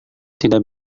tidak